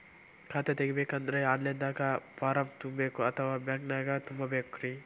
ಖಾತಾ ತೆಗಿಬೇಕಂದ್ರ online ದಾಗ ಫಾರಂ ತುಂಬೇಕೊ ಅಥವಾ ಬ್ಯಾಂಕನ್ಯಾಗ ತುಂಬ ಬೇಕ್ರಿ?